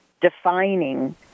defining